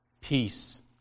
peace